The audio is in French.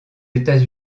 états